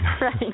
right